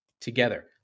together